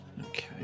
Okay